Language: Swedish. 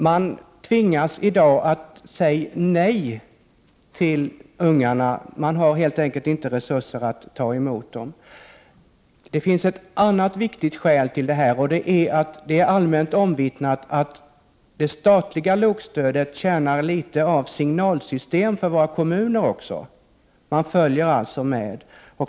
De tvingas i dag säga nej till en del ungar på grund av att de inte har resurser att ta emot dem. Det är allmänt omvittnat att det statliga aktivitetsstödet också tjänar litet som ett signalsystem för våra kommuner. Man följer alltså med.